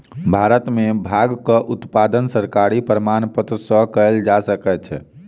भारत में भांगक उत्पादन सरकारी प्रमाणपत्र सॅ कयल जा सकै छै